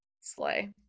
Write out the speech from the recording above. slay